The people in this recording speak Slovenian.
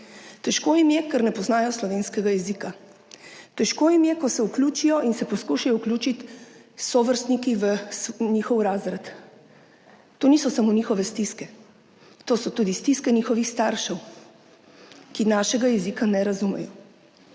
Težko jim je, ker ne poznajo slovenskega jezika. Težko jim je, ko se vključijo in se poskušajo vključiti s sovrstniki v njihov razred. To niso samo njihove stiske, to so tudi stiske njihovih staršev, ki našega jezika ne razumejo.